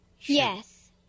Yes